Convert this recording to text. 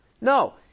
No